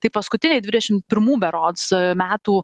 tai paskutiniai dvidešim pirmų berods metų